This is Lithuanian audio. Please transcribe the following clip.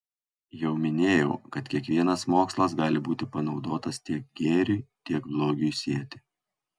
jau minėjau kad kiekvienas mokslas gali būti panaudotas tiek gėriui tiek blogiui sėti